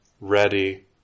ready